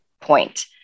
point